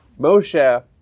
Moshe